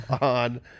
on